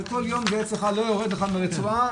כל יום זה אצלך, לא יורד אצלך מהרצועה,